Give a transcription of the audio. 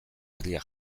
harria